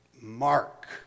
mark